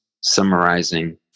summarizing